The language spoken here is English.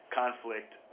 conflict